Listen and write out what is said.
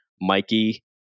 Mikey